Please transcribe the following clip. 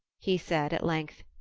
he said at length,